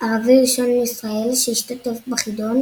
ערבי ראשון מישראל שהשתתף בחידון,